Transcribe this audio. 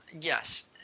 yes